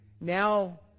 now